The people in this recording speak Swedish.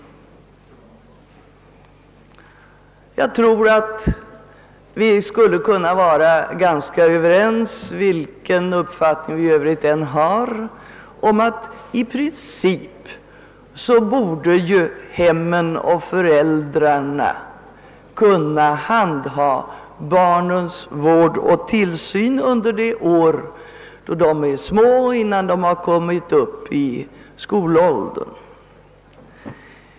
Alla kan väl, oberoende av uppfattning 'i övrigt, vara överens om att hemmen: och föräldrarna i princip borde handha barnens vård och tillsyn under de år då barnen är små och ännu inte uppnått skolålder.